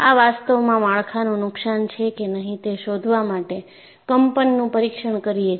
આ વાસ્તવમાં માળખાનું નુકશાન છે કે નહી તે શોધવા માટે કંપનનું પરીક્ષણ કરીએ છીએ